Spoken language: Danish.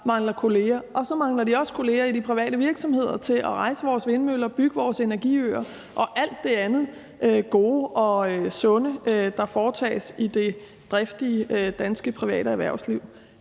mangler kolleger. Og så mangler de også kolleger i de private virksomheder til at rejse vores vindmøller, bygge vores energiøer og alt det andet gode og sunde, der foretages i det driftige danske private erhvervsliv.